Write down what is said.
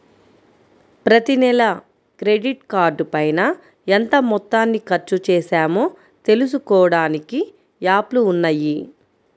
ప్రతినెలా క్రెడిట్ కార్డుపైన ఎంత మొత్తాన్ని ఖర్చుచేశామో తెలుసుకోడానికి యాప్లు ఉన్నయ్యి